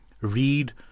Read